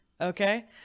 okay